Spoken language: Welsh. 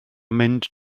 mynd